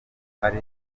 ari